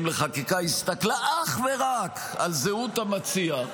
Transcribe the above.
לחקיקה הסתכלה אך ורק על זהות המציע.